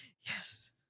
Yes